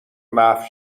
محو